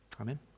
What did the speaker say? Amen